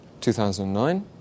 2009